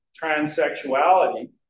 transsexuality